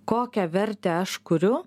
kokią vertę aš kuriu